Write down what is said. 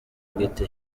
bwite